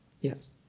yes